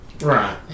Right